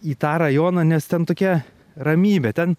į tą rajoną nes ten tokia ramybė ten